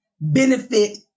benefit